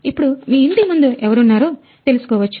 ఇప్పుడు మీరు మీ ఇంటి ముందు ఎవరు ఉన్నారో తెలుసుకోవచ్చు